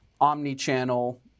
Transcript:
omni-channel